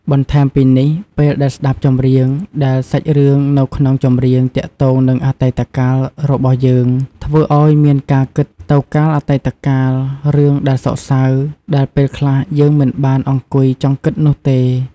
បន្ថែមពីនេះពេលដែលស្តាប់ចម្រៀងដែលសាច់រឿងនៅក្នុងចម្រៀងទាក់ទងនឹងអតីតកាលរបស់យើង ធ្វើឱ្យមានការគិតទៅកាលអតីតកាលរឿងដែលសោកសៅ ដែលពេលខ្លះយើងមិនបានអង្គុយចង់គិតនោះទេ។